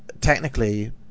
technically